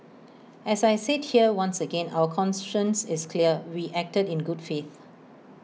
as I said here once again our conscience is clear we acted in good faith